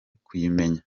kuyimenya